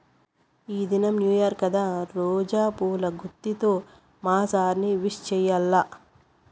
ఈ దినం new year కదా రోజా పూల గుత్తితో మా సార్ ని విష్ చెయ్యాల్ల